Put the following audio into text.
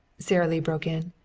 sara lee broke in,